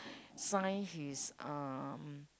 sign his um